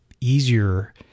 easier